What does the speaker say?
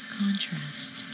contrast